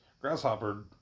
grasshopper